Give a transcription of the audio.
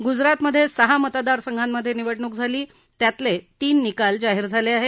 गुजरातमधे सहा मतदारसंघांमधे निवडणूक झाली त्यातले तीन निकाल जाहीर झाले आहेत